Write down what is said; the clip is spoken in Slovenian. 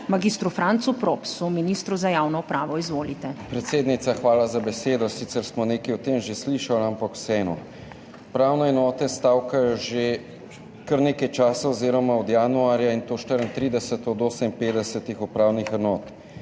mag. Francu Propsu, ministru za javno upravo. Izvolite. ZORAN MOJŠKERC (PS SDS): Predsednica, hvala za besedo. Sicer smo nekaj o tem že slišali, ampak vseeno. Upravne enote stavkajo že kar nekaj časa oziroma od januarja, in to 34 od 58 upravnih enot.